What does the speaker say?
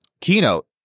keynote